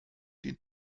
dient